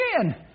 again